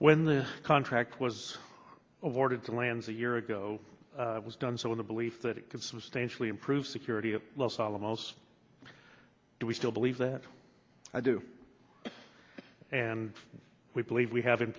when the contract was awarded to lands a year ago was done so in the belief that it could substantially improve security at los alamos do we still believe that i do and we believe we have in